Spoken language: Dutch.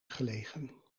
gelegen